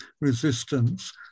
resistance